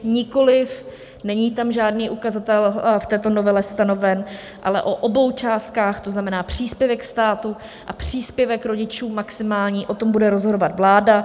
Nikoliv, není tam žádný ukazatel v této novele stanoven, ale o obou částkách, tzn. příspěvek státu a příspěvek rodičů maximální, o tom bude rozhodovat vláda.